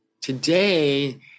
today